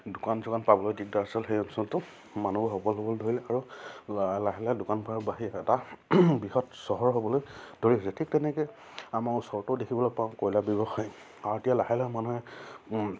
দোকান চোকান পাবলৈ দিগদাৰ সেই অঞ্চলটো মানুহবোৰ সবল হ'বলৈ ধৰিলে আৰু লাহে লাহে দোকান পোহাৰ বাঢ়ি এটা বৃহৎ চহৰ হ'বলৈ ধৰিছে ঠিক তেনেকৈ আমাৰ ওচৰতো দেখিবলৈ পাওঁ কয়লা ব্যৱসায় আৰু এতিয়া লাহে লাহে মানুহে